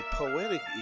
poetic